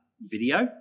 video